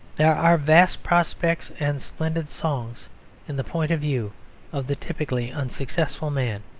there are vast prospects and splendid songs in the point of view of the typically unsuccessful man